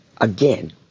Again